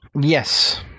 Yes